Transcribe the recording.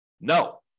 No